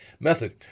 Method